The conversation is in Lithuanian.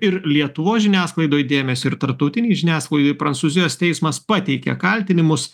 ir lietuvos žiniasklaidoj dėmesio ir tarptautinėj žiniasklaidoj prancūzijos teismas pateikė kaltinimus